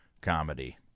comedy